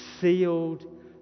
sealed